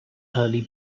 early